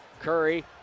Curry